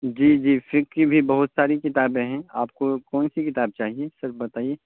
جی جی فقہ کی بھی بہت ساری کتابیں ہیں آپ کو کون سی کتاب چاہیے سر بتائیے